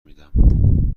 میدم